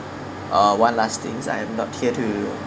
uh one last things I'm not here to